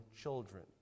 children